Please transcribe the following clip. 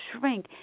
shrink